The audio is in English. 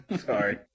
Sorry